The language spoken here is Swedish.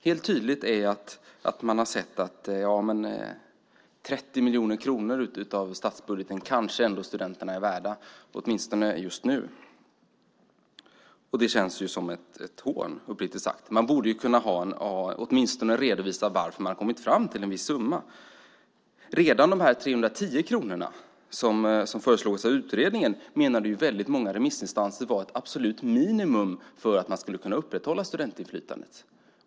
Man har väl tänkt att studenterna kanske ändå är värda 30 miljoner av statsbudgeten, åtminstone just nu. Det känns uppriktigt sagt som ett hån. Man borde åtminstone redovisa varför man har kommit fram till en viss summa. Redan de 310 kronor som föreslogs av utredningen menade många remissinstanser var ett absolut minimum för att man skulle kunna upprätthålla studentinflytandet.